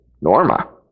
Norma